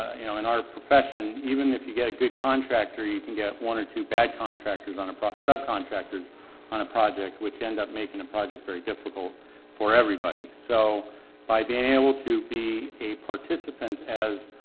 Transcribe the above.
you know and our profession, even if you get a good contractor, you can get one or two bad contractors on a pro, subcontractors on a project which end up making a project very difficult for everybody. so by being able to be a participant as.